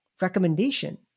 recommendation